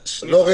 לא.